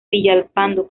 villalpando